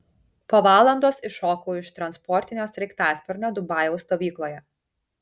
po valandos iššokau iš transportinio sraigtasparnio dubajaus stovykloje